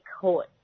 court